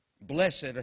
Blessed